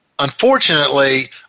Unfortunately